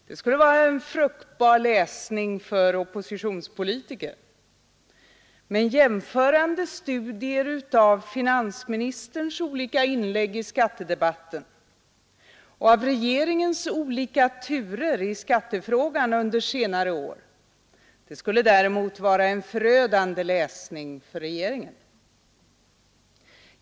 Det skulle vara en fruktbar läsning för oppositionspolitiker. Men jäm förande studier av finansministerns olika inlägg i skattedebatten och av regeringens olika turer i skattefrågan under senare år, det skulle däremot vara en förödande läsning för regeringen.